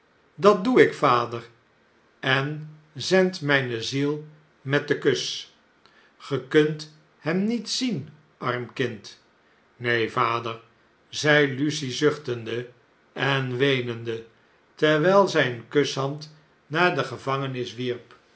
dat doe ik vader en zend mjjne ziel met den kus ge kunt hem niet zien arm kind neen vader zei lucie zuchtende enweenende terwjjl zij een kushand naar de gevangenis wierp